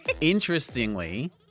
Interestingly